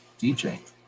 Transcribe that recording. DJ